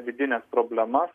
vidines problemas